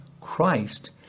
Christ